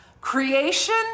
creation